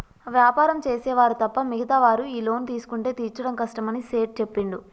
వ్యాపారం చేసే వారు తప్ప మిగతా వారు ఈ లోన్ తీసుకుంటే తీర్చడం కష్టమని సేట్ చెప్పిండు